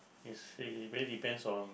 it's uh really depends on